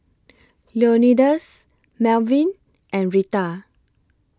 Leonidas Malvin and Retta